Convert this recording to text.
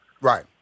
Right